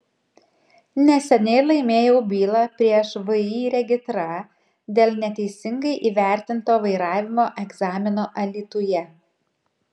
neseniai laimėjau bylą prieš vį regitra dėl neteisingai įvertinto vairavimo egzamino alytuje